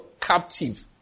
captive